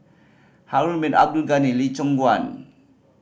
Harun Bin Abdul Ghani Lee Choon Guan